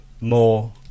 more